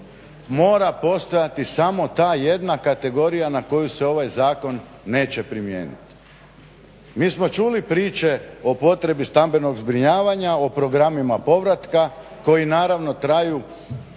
mora postojati samo ta jedna kategorija na koju se ovaj zakon neće primijeniti? Mi smo čuli priče o potrebi stambenog zbrinjavanja, o programima povratka koji naravno traju,